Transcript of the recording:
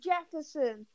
Jefferson